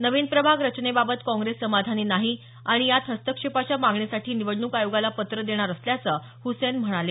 नवीन प्रभाग रचनेबाबत काँग्रेस समाधानी नाही आणि यात हस्तक्षेपाच्या मागणीसाठी निवडणूक आयोगाला पत्र देणार असल्याचं हसैन म्हणाले